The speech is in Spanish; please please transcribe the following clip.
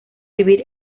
vivir